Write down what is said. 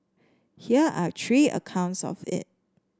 here are three accounts of it